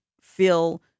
feel